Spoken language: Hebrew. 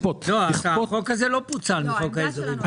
החוק הזה לא פוצל מחוק ההסדרים.